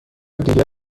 دیگر